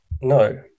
No